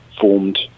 formed